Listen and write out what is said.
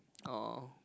!aww!